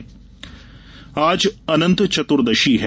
अनंत चतुर्दशी आज अनंत चतुर्दशी है